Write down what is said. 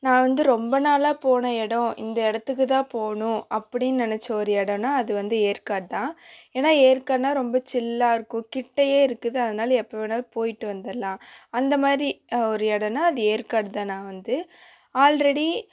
நான் வந்து ரொம்ப நாளாக போன இடோம் இந்த இடத்துக்கு தான் போகணும் அப்படினு நினைச்ச ஒரு இடோனா அது வந்து ஏற்காடு தான் ஏன்னால் ஏற்காடுனா ரொம்ப சில்லாக இருக்கும் கிட்டேயே இருக்குது அதனால எப்போ வேணாலும் போயிகிட்டு வந்துடலாம் அந்த மாதிரி ஒரு இடோனா அது ஏற்காடு தான் நான் வந்து ஆல்ரெடி